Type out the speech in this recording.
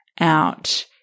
out